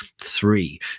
three